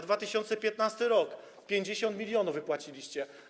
2015 r. - 50 mln wypłaciliście.